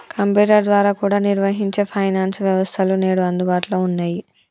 computer ద్వారా కూడా నిర్వహించే ఫైనాన్స్ వ్యవస్థలు నేడు అందుబాటులో ఉన్నయ్యి